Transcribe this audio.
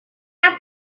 una